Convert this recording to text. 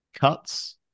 cuts